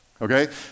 okay